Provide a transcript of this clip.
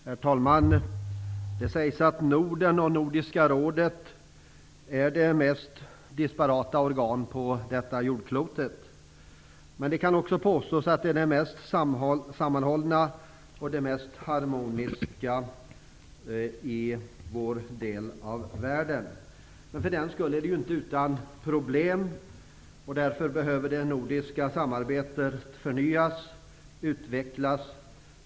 Herr talman! Det sägs att Norden och Nordiska rådet är de mest disparata organen på detta jordklot. Men det kan också påstås att de är de mest sammanhållna och mest harmoniska organen i vår del av världen. För den skull saknas inte problem. Därför behöver det nordiska samarbetet förnyas och utvecklas.